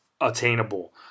attainable